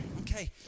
Okay